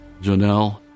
Janelle